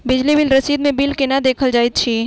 बिजली बिल रसीद मे बिल केना देखल जाइत अछि?